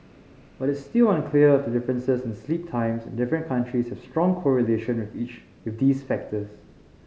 but it's still unclear if the differences in sleep times in different countries have strong correlation of each with these factors